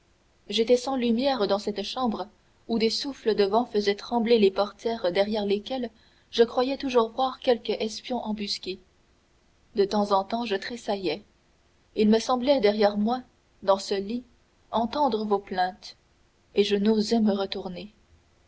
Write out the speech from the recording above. j'étais sans lumière dans cette chambre où des souffles de vent faisaient trembler les portières derrière lesquelles je croyais toujours voir quelque espion embusqué de temps en temps je tressaillais il me semblait derrière moi dans ce lit entendre vos plaintes et je n'osais me retourner